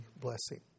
blessing